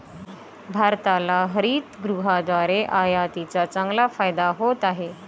भारताला हरितगृहाद्वारे आयातीचा चांगला फायदा होत आहे